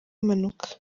impanuka